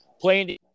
playing